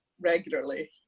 regularly